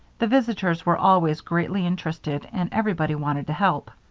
the visitors were always greatly interested and everybody wanted to help.